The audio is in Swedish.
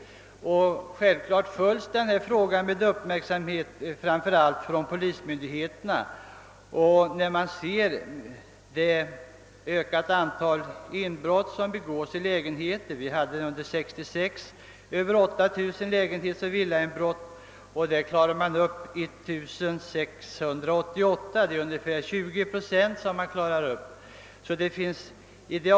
Det är självklart att frågan följes med uppmärksamhet, framför allt från polismyndigheternas sida. Antalet inbrott som begås i lägenheter har ökat — under 1966 förekom över 8.000 lägenhetsoch villainbrott, av vilka 1688 klarades upp, d.v.s. ungefär 20 procent.